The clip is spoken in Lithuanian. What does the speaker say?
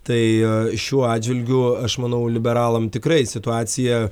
tai šiuo atžvilgiu aš manau liberalam tikrai situacija